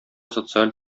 социаль